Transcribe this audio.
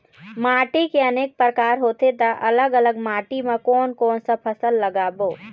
माटी के अनेक प्रकार होथे ता अलग अलग माटी मा कोन कौन सा फसल लगाबो?